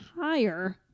higher